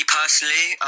personally